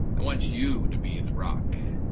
and want you to be the rock.